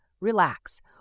relax